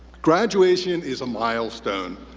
graduation is a milestone,